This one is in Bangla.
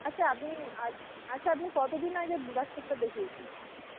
আচ্ছা আপনি আজ আচ্ছা আপনি কতদিন আগে ডাক্তারটা দেখিয়েছিলেন